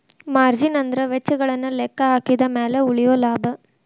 margin ಅಂದ್ರ ವೆಚ್ಚಗಳನ್ನ ಲೆಕ್ಕಹಾಕಿದ ಮ್ಯಾಲೆ ಉಳಿಯೊ ಲಾಭ